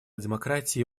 демократии